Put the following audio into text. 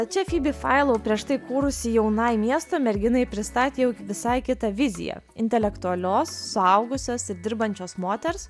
čia fibi failau prieš tai kūrusi jaunai miesto merginai pristatė jau visai kitą viziją intelektualios suaugusios ir dirbančios moters